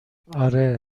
آره